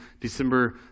December